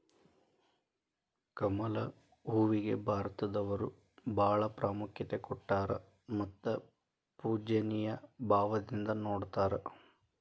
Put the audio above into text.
ಕಮಲ ಹೂವಿಗೆ ಭಾರತದವರು ಬಾಳ ಪ್ರಾಮುಖ್ಯತೆ ಕೊಟ್ಟಾರ ಮತ್ತ ಪೂಜ್ಯನಿಯ ಭಾವದಿಂದ ನೊಡತಾರ